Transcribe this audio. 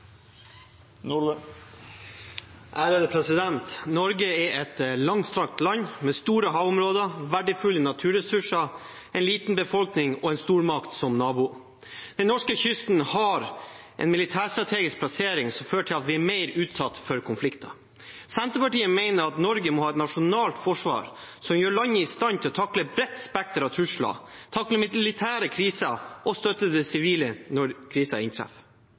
Norge er et langstrakt land med store havområder, verdifulle naturressurser, en liten befolkning og en stormakt som nabo. Den norske kysten har en militærstrategisk plassering som fører til at vi er mer utsatt for konflikter. Senterpartiet mener at Norge må ha et nasjonalt forsvar som gjør landet i stand til å takle et bredt spekter av trusler, takle militære kriser og støtte det sivile når